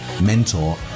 mentor